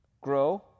grow